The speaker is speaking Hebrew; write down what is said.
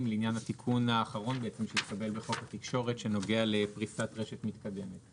לעניין התיקון האחרון בחוק התקשורת שנוגע לפריסת רשת מתקדמת,